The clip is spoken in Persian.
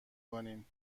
کنین